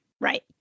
right